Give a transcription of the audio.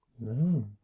No